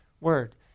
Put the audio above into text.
word